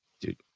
dude